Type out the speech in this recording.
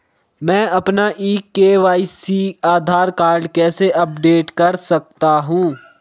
मैं अपना e KYC Aadhaar card कैसे अपडेट कर सकता हूँ?